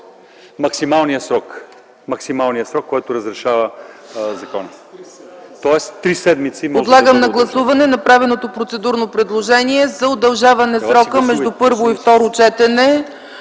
Максималният срок, който разрешава законът, тоест три седмици.